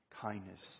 kindness